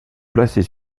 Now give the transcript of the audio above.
placées